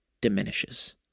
Diminishes